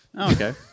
Okay